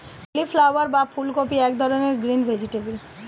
cauliflower বা ফুলকপি এক ধরনের গ্রিন ভেজিটেবল